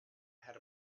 had